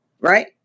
right